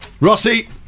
Rossi